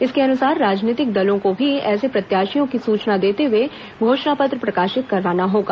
इसके अनुसार राजनीतिक दलों को भी ऐसे प्रत्याशियों की सुचना देते हुए घोषणा पत्र प्रकाशित करवाना होगा